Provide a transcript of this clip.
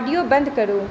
audio बंद करु